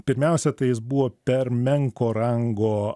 pirmiausia tai jis buvo per menko rango